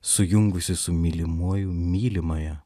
sujungusi su mylimuoju mylimąją